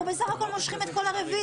אנחנו בסך הכול מושכים את כל הרוויזיות.